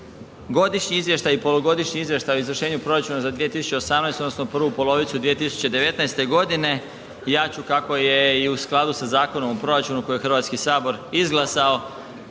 Godišnji izvještaj i Polugodišnji izvještaj o izvršenju proračuna za 2018. odnosno prvu polovicu 2019. godine, ja ću kako je i u skladu sa Zakonom o proračunu koji je Hrvatski sabor izglasao